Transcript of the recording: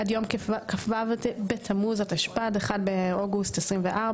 עד יום כ"ו בתמוז התשפ"ד (1 באוגוסט 2024),